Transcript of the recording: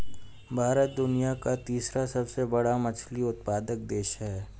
भारत दुनिया का तीसरा सबसे बड़ा मछली उत्पादक देश है